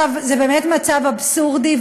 זה באמת מצב אבסורדי,